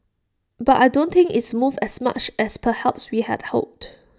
but I don't think it's moved as much as perhaps we had hoped